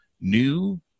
new